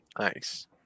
Nice